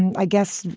and i guess,